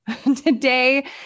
today